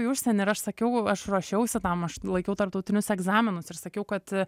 į užsienį ir aš sakiau aš ruošiausi tam aš laikiau tarptautinius egzaminus ir sakiau kad